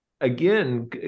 again